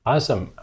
Awesome